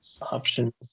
options